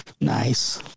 Nice